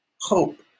Hope